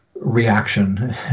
reaction